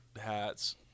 hats